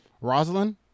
Rosalind